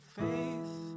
faith